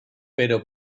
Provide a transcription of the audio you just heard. pero